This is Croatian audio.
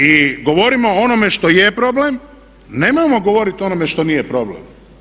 I govorimo o onome što je problem, nemojmo govoriti o onome što nije problem.